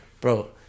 Bro